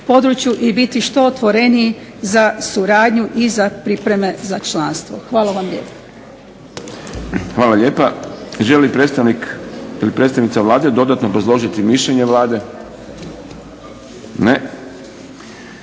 i biti što otvoreniji za suradnju i za pripreme za članstvo. Hvala vam lijepa. **Šprem, Boris (SDP)** Hvala lijepa. Želi li predstavnik ili predstavnica Vlade dodatno obrazložiti mišljenje Vlade? Ne.